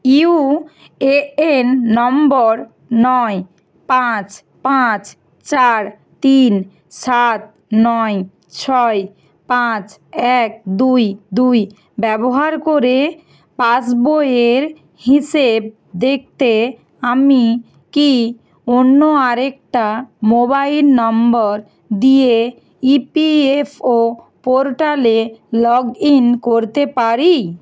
you A N number নয় পাঁচ পাঁচ চার তিন সাত নয় ছয় পাঁচ এক দুই দুই ব্যবহার করে পাসবইয়ের হিসেব দেখতে আমি কি অন্য আরেকটা মোবাইল নম্বর দিয়ে ই পি এফ ও পোর্টালে লগ ইন করতে পারি